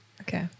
Okay